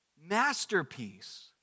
masterpiece